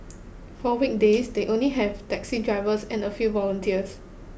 for weekdays they only have taxi drivers and a few volunteers